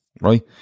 right